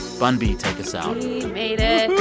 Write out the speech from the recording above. bun b, take us out we made it.